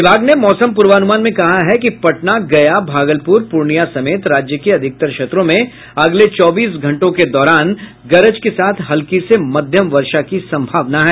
विभाग ने मौसम पूर्वानुमान में कहा है कि पटना गया भागलपुर पूर्णियां समेत राज्य के अधिकतर क्षेत्रों में अगले चौबीस घंटों के दौरान गरज के साथ हल्की से मध्यम वर्षा की संभावना है